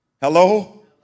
Hello